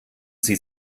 sie